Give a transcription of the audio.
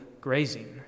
grazing